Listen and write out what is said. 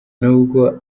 nubwo